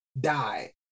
die